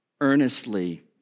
Earnestly